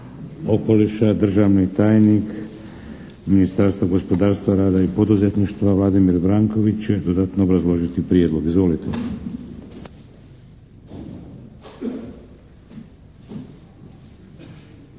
okoliša. Državni tajnim Ministarstva gospodarstva, rada i poduzetništva Vladimir Vranković će dodatno obrazložiti Prijedlog. Izvolite.